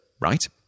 right